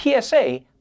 PSA